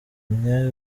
myr